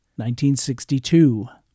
1962